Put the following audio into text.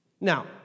Now